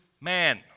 man